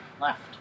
left